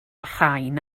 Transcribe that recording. rhain